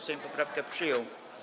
Sejm poprawkę przyjął.